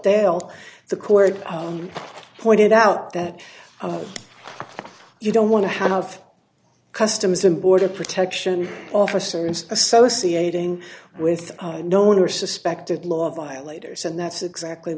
all the court pointed out that you don't want to have customs and border protection officers associating with known or suspected law violators and that's exactly